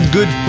Good